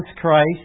Christ